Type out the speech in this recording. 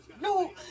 No